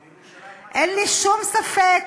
למה,